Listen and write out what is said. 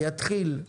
יתחיל,